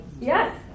Yes